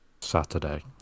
Saturday